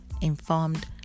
informed